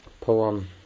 poem